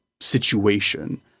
situation